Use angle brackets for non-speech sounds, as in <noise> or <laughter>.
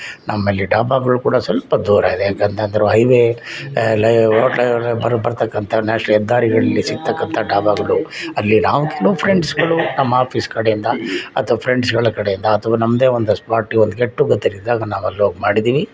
ನಮ್ಮಲ್ಲಿ ಡಾಬಾಗಳು ಕೂಡ ಸ್ವಲ್ಪ ದೂರ ಇದೆ ಯಾಕಂತಂತದ್ರು ಹೈ ವೇ ಎಲ್ಲ ಓಟ್ಲಗಳ ಬರೋ ಬರತಕ್ಕಂಥ ನ್ಯಾಷ ಹೆದ್ದಾರಿಗಳಲ್ಲಿ ಸಿಗ್ತಕ್ಕಂಥ ಡಾಬಾಗಳು ಅಲ್ಲಿ ನಾವು ಕೆಲವು ಫ್ರೆಂಡ್ಸ್ಗಳು ತಮ್ಮ ಆಫೀಸ್ ಕಡೆಯಿಂದ ಅಥ್ವಾ ಫ್ರೆಂಡ್ಸ್ಗಳ ಕಡೆಯಿಂದ ಅಥ್ವಾ ನಮ್ಮದೇ ಒಂದಷ್ಟು <unintelligible> ನಾವಲ್ಲಿ ಹೋಗಿ ಮಾಡಿದ್ದೀವಿ